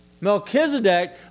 Melchizedek